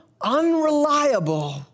unreliable